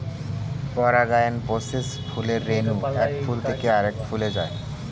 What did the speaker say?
পরাগায়ন প্রসেসে ফুলের রেণু এক ফুল থেকে আরেক ফুলে যায়